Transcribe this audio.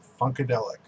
Funkadelic